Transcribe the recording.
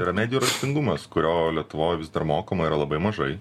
yra medijų raštingumas kurio lietuvoj vis dar mokoma yra labai mažai